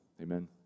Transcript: Amen